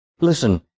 Listen